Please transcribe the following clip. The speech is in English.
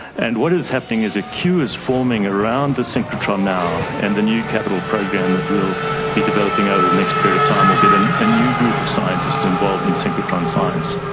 and what is happening is a queue is forming around the synchrotron now and the new capital program that we will be developing over the next period of time, we will get and a new group of scientists involved in synchrotron science.